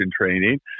training